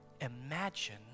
imagine